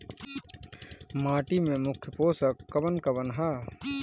माटी में मुख्य पोषक कवन कवन ह?